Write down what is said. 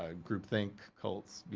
ah group think, cults,